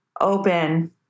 open